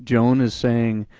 joan is saying,